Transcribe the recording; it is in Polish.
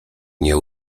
nie